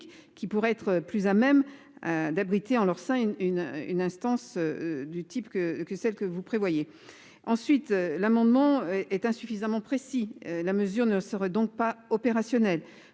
qui pourrait être plus à même. D'abriter en leur sein une une instance. Du type que que celle que vous prévoyez ensuite l'amendement est insuffisamment précis. La mesure ne serait donc pas opérationnel